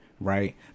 Right